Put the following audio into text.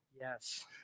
Yes